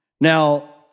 Now